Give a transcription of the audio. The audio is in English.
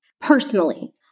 Personally